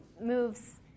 moves